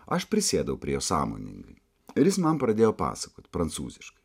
aš prisėdau prie jo sąmoningai ir jis man pradėjo pasakot prancūziškai